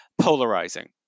Polarizing